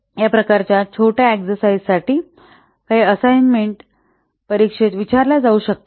तर या प्रकारच्या छोट्या एक्सरसाइजसाठी असाइनमेंट परीक्षेत विचारल्या जाऊ शकतात